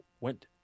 went